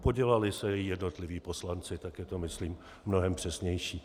Podělali se její jednotliví poslanci, také to myslím, mnohem přesnější.